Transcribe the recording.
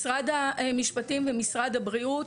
משרד המשפטים ומשרד הבריאות,